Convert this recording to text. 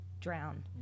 drown